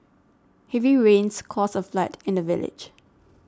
heavy rains caused a flood in the village